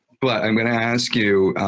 but i'm going to ask you,